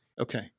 Okay